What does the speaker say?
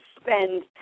spend